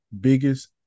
biggest